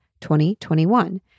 2021